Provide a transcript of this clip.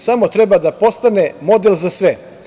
Samo treba da postane model za sve.